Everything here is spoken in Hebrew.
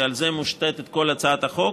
שעליו מושתתת כל הצעת החוק,